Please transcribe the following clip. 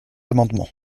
amendement